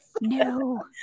No